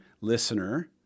listener